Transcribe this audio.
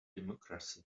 democracy